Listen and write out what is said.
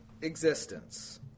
existence